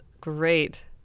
great